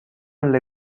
alle